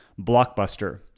Blockbuster